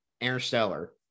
Interstellar